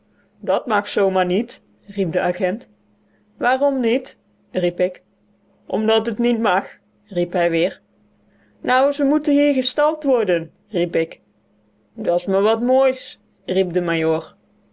dat mag zoo maar niet riep de agent waarom niet riep ik omdat t niet mag riep hij weer nou ze motten hier gestald worden riep ik da's me wat mis riep de